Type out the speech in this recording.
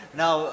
now